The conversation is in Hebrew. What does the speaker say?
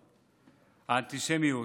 האנטישמיות,